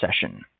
session